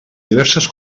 diverses